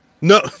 no